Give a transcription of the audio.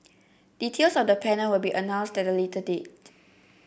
details of the panel will be announced at a later date